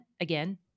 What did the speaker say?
again